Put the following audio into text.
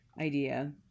idea